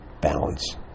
balance